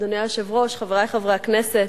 אדוני היושב-ראש, חברי חברי הכנסת,